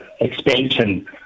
expansion